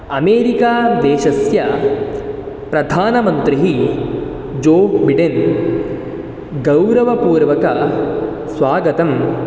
अमेरिकादेशस्य प्रधानमन्त्री Joe Biden गौरवपूर्वकस्वागतम्